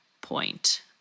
point